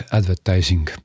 advertising